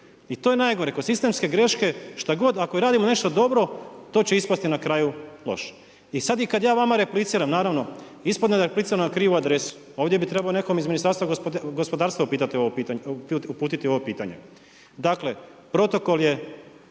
i to je najgore. Kod sistemske greške šta god, ako radimo nešto dobro to će ispasti na kraju loše. I sad kad ja vama repliciram, naravno, ispadne da repliciram na krivu adresu. Ovdje bi trebao nekom iz Ministarstva gospodarstva uputiti ovo pitanje. Dakle, zakon o